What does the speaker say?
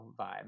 vibe